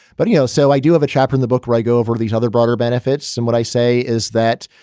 but, you know, so i do have a chapter in the book right over these other broader benefits. and what i say is that,